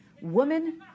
Woman